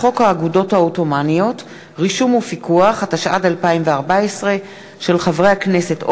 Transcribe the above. ברשות יושב-ראש הכנסת,